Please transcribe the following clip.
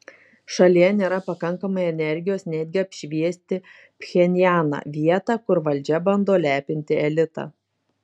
šalyje nėra pakankamai energijos netgi apšviesti pchenjaną vietą kur valdžia bando lepinti elitą